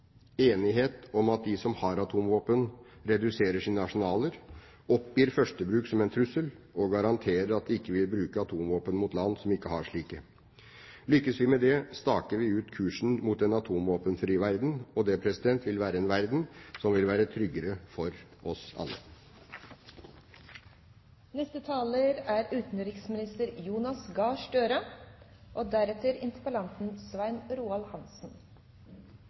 enighet om at de som har atomvåpen, reduserer sine arsenaler, oppgir førstebruk som en trussel og garanterer at de ikke vil bruke atomvåpen mot land som ikke har slike. Lykkes vi med det, staker vi ut kursen mot en atomvåpenfri verden. Det vil være en verden som vil være tryggere for oss alle. Takk til interpellanten for å ta opp et viktig og